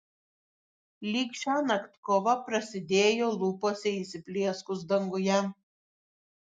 lyg šiąnakt kova prasidėjo lūpose įsiplieskus danguje